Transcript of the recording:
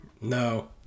No